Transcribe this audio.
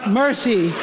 mercy